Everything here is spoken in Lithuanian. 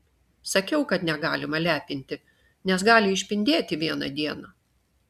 sakiau kad negalima lepinti nes gali išpindėti vieną dieną